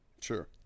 Sure